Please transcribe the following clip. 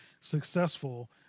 successful